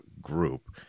group